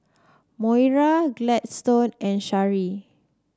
Moira Gladstone and Shari